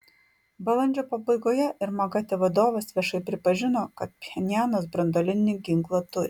balandžio pabaigoje ir magate vadovas viešai pripažino kad pchenjanas branduolinį ginklą turi